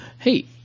Hey